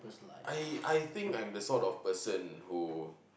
I I think I'm the sort of person who